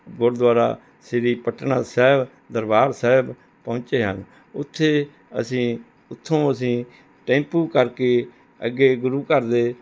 ਗੁਰਦੁਆਰਾ ਸ਼੍ਰੀ ਪਟਨਾ ਸਾਹਿਬ ਦਰਬਾਰ ਸਾਹਿਬ ਪਹੁੰਚੇ ਹਨ ਉੱਥੇ ਅਸੀ ਉੱਥੋਂ ਅਸੀਂ ਟੈਂਪੂ ਕਰਕੇ ਅੱਗੇ ਗੁਰੂਘਰ ਦੇ